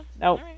Nope